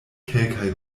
kelkaj